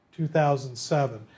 2007